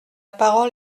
parole